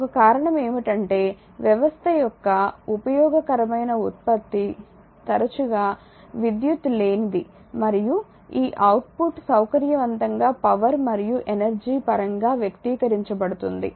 ఒక కారణం ఏమిటంటే వ్యవస్థ యొక్క ఉపయోగకరమైన ఉత్పత్తి తరచుగా విద్యుత్ లేనిది మరియు ఈ అవుట్పుట్ సౌకర్యవంతంగా పవర్ మరియు ఎనర్జీ పరంగా వ్యక్తీకరించబడుతుంది